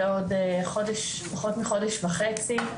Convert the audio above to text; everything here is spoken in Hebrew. בעוד פחות מחודש וחצי.